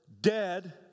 dead